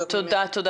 תודה.